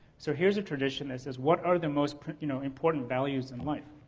so here's a tradition that says what are the most you know important values in life.